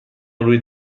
روی